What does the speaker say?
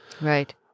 Right